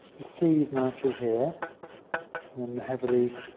sea's nicely here and then the heavily